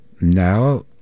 Now